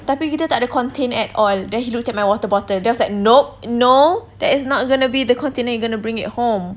tapi kita tak ada container at all then he looked at my water bottle then I was like nope no that is not going to be the container you're going to bring it home